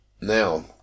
Now